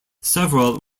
several